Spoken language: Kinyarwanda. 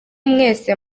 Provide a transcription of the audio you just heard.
mwese